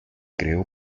creó